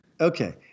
Okay